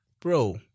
Bro